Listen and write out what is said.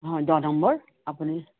হয় দহ নম্বৰ আপুনি